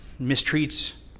mistreats